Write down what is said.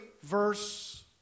verse